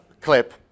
clip